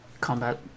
combat